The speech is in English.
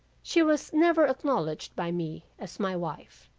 she was never acknowledged by me as my wife,